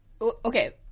okay